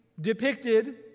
depicted